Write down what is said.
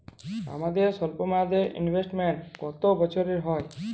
আপনাদের স্বল্পমেয়াদে ইনভেস্টমেন্ট কতো বছরের হয়?